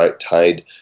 tied